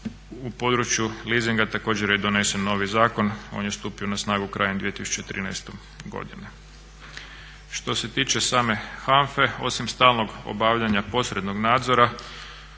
U području leasinga također je donesen novi zakon, on je stupio na snagu krajem 2013.godine. Što se tiče same HANFA-e osim stalnog obavljanja posrednog nadzora